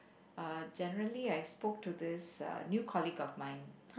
uh generally I spoke to this uh new colleague of mine